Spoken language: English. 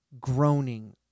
groaning